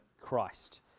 Christ